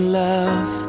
love